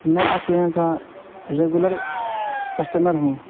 میں آپ کے یہاں کا ریگولر کسٹمر ہوں